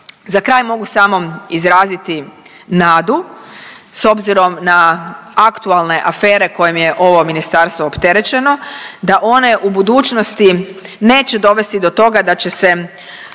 Za kraj mogu samo izraziti nadu s obzirom na aktualne afere kojim je ovo ministarstvo opterećeno da one u budućnosti neće dovesti do toga da će se